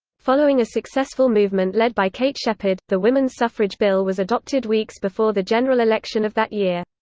following a successful movement led by kate sheppard, the women's suffrage bill was adopted weeks before the general election of that year.